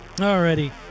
already